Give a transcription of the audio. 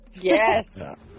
Yes